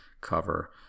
cover